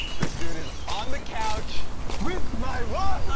this dude is on the couch with my wife!